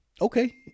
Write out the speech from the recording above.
okay